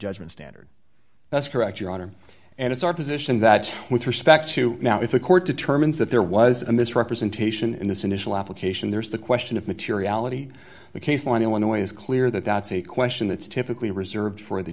judgment standard that's correct your honor and it's our position that with respect to now if the court determines that there was a misrepresentation in this initial application there's the question of materiality the case for anyone the way it's clear that that's a question that's typically reserved for the